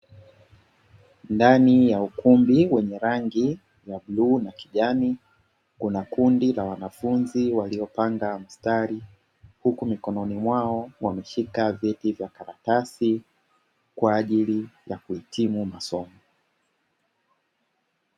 Ndani ya ukumbi wenye rangi ya bluu na kijani, kuna kundi la wanafunzi waliopanga mstari huku mikononi mwao wameshika vyeti vya karatasi kwa ajili ya kuhitimu masomo.